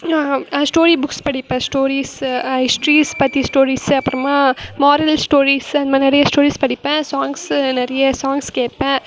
story books படிப்பேன் stories histories பற்றி stories அப்புறமா மாரல் ஸ்டோரிஸ் அதுமாதிரி நிறைய ஸ்டோரிஸ் படிப்பேன் சாங்க்ஸு நிறைய சாங்க்ஸ் கேட்பேன்